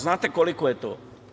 Znate koliko je to?